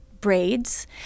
braids